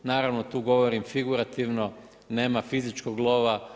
Naravno tu govorim figurativno, nema fizičkog lova.